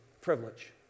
privilege